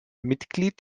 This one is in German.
mitglied